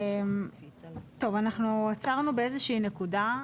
טוב, אנחנו עצרנו באיזה שהיא נקודה.